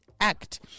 Act